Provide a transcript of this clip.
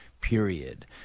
period